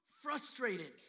frustrated